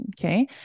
Okay